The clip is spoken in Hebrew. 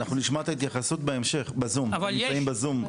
אנחנו נשמע את ההתייחסות בהמשך, הם נמצאים בזום.